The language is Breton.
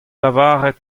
lavaret